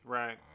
right